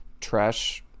trash